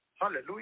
Hallelujah